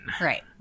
right